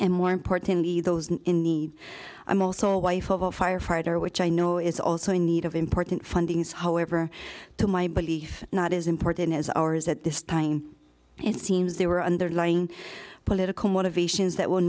and more importantly those in need i'm also a wife of a firefighter which i know is also in need of important findings however to my belief not as important as ours at this time it seems there were underlying political motivations that will